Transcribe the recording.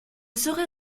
serait